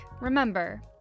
remember